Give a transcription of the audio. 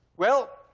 well,